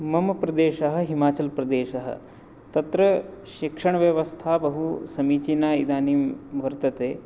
मम प्रदेशः हिमाचलप्रदेशः तत्र शिक्षणव्यवस्था बहुसमीचीना इदानीं वर्तते